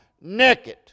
naked